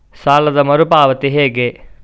ಸಾಲದ ಮರು ಪಾವತಿ ಹೇಗೆ?